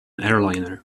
airliner